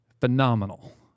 phenomenal